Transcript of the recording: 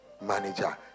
manager